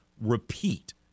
Repeat